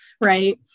Right